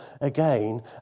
again